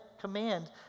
command